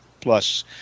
plus